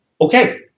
okay